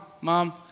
mom